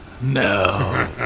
No